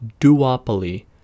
duopoly